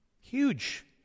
Huge